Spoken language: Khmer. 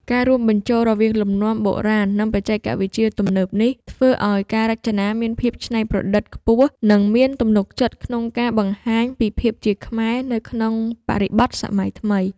ការរួមបញ្ចូលរវាងលំនាំបុរាណ និងបច្ចេកវិទ្យាទំនើបនេះ ធ្វើឲ្យការរចនាមានភាពច្នៃប្រឌិត ខ្ពស់ និងមានទំនុកចិត្តក្នុងការបង្ហាញពីភាពជាខ្មែរ នៅក្នុងបរិបទសម័យថ្មី។